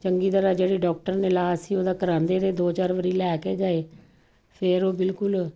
ਚੰਗੀ ਤਰ੍ਹਾਂ ਜਿਹੜੀ ਡਾਕਟਰ ਨੇ ਇਲਾਜ ਸੀ ਉਹਦਾ ਕਰਾਵਾਉਂਦੇ ਦੇ ਦੋ ਚਾਰ ਵਾਰ ਲੈ ਕੇ ਗਏ ਫਿਰ ਉਹ ਬਿਲਕੁਲ